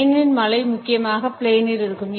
ஸ்பெயினில் மழை முக்கியமாகplain இல் இருக்கும்